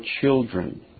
children